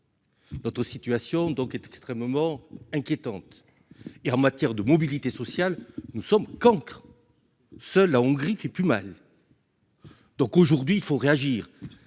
Notre situation donc est extrêmement inquiétante et en matière de mobilité sociale nous sommes cancre, seules la Hongrie fait plus mal. Donc, aujourd'hui, il faut réagir